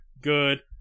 good